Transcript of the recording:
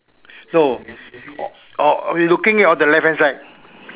no oh we looking on the left hand side